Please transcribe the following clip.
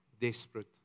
desperate